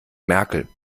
merkel